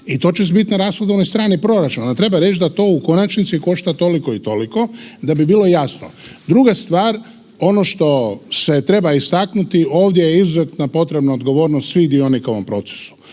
i to će bit na rashodovnoj strani proračuna. Onda treba reć da to u konačnici košta toliko i toliko da bi bilo jasno. Druga stvar ono što se treba istaknuti ovdje je izuzetno potrebna odgovornost svih dionika u ovom procesu.